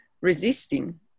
resisting